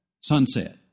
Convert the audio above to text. sunset